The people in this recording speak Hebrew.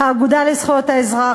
האגודה לזכויות האזרח,